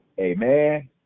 Amen